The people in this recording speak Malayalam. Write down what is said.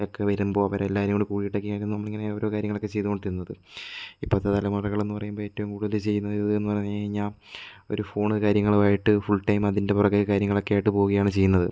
അവരൊക്കെ വരുമ്പോൾ അവരെല്ലാവരും കൂടിയിട്ടൊക്കെ ആയിരുന്നു നമ്മളിങ്ങനെ ഓരോ കാര്യങ്ങളൊക്കെ ചെയ്തുകൊണ്ടിരുന്നത് ഇപ്പോഴത്തെ തലമുറകളെന്ന് പറയുമ്പോൾ ഏറ്റവും കൂടുതൽ ചെയ്യുന്നത് എന്നു പറഞ്ഞു കഴിഞ്ഞാൽ ഒരു ഫോൺ കാര്യങ്ങളുമായിട്ട് ഫുൾ ടൈം അതിൻ്റെ പുറകിൽ കാര്യങ്ങളൊക്കെ ആയിട്ട് പോവുകയാണ് ചെയ്യുന്നത്